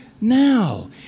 Now